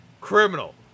Criminal